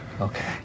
Okay